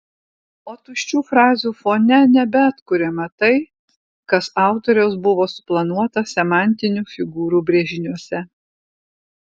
o tuščių frazių fone nebeatkuriama tai kas autoriaus buvo suplanuota semantinių figūrų brėžiniuose